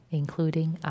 including